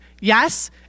yes